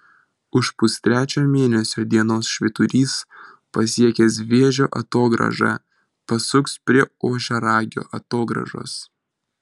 už pustrečio mėnesio dienos švyturys pasiekęs vėžio atogrąžą pasuks prie ožiaragio atogrąžos